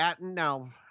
Now